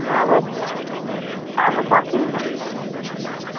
अब अब सकिन्छ